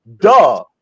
duh